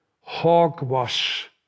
hogwash